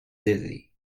dizzy